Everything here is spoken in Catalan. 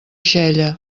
xella